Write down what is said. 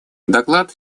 доклад